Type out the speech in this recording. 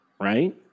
right